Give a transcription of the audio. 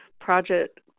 project